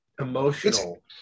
emotional